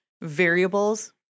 variables